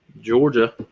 Georgia